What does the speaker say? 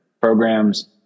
programs